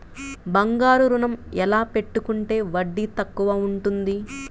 బంగారు ఋణం ఎలా పెట్టుకుంటే వడ్డీ తక్కువ ఉంటుంది?